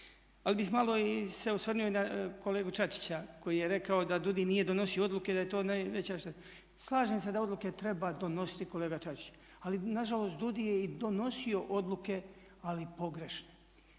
Ali bih malo se osvrnuo i na kolegu Čačića koji je rekao da DUDI nije donosio odluke, da je to najveća šteta. Slažem se da odluke treba donositi kolega Čačić. Ali nažalost DUDI je i donosio odluke ali pogrešne.